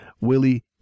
Willie